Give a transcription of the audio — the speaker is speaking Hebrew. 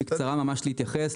להתייחס בקצרה.